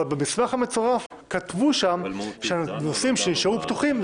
אבל במסמך המצורף כתבו שם שנושאים שנשארו פתוחים,